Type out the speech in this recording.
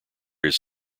his